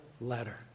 letter